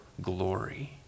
glory